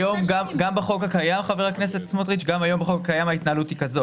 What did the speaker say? היום בחוק הקיים ההתנהלות היא כזו